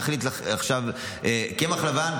תחליט עכשיו שקמח לבן,